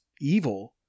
evil